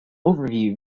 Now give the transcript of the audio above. overview